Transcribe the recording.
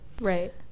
Right